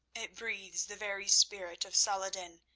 it breathes the very spirit of saladin,